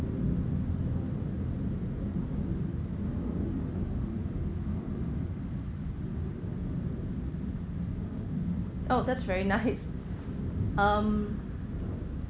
oh that's very nice um